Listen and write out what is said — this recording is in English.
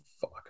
Fuck